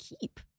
keep